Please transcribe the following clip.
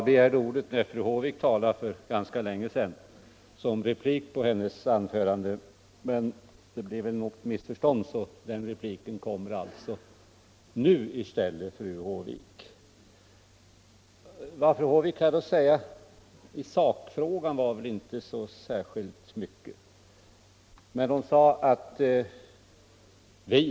Herr talman! Jag begärde replik på ett av fru Håviks tidigare anföranden, men det blev något missförstånd, så den repliken kommer nu i stället. Fru Håvik hade väl inte så särskilt mycket att säga i sakfrågan.